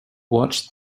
watch